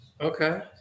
Okay